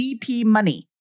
bpmoney